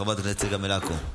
חברת הכנסת צגה מלקו,